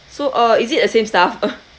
so uh is it uh same staff ugh